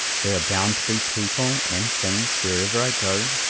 there are bound to be people and things, wherever i go,